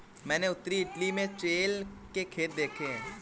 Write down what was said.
मैंने उत्तरी इटली में चेयल के खेत देखे थे